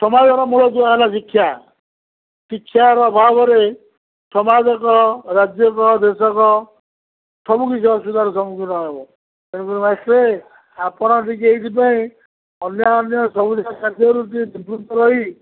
ସମାଜର ମୂଳଦୁଆ ହେଲା ଶିକ୍ଷା ଶିକ୍ଷାର ଅଭାବରେ ସମାଜ ଏକ ରାଜ୍ୟକ ଦେଶକ ସବୁକିଛି ଅସୁବିଧାର ସମ୍ମୁଖୀନ ହେବ ତେଣୁକରି ମାଷ୍ଟ୍ରେ ଆପଣ ଟିକେ ଏଇଥିପାଇଁ ଅନ୍ୟାନ୍ୟ ସବୁଯାକ କାର୍ଯ୍ୟରୁ ଟିକେ ନିବୃତ୍ତ ରହି